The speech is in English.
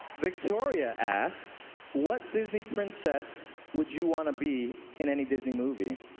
victoria asks, what does the princess would you want to be in any disney movie.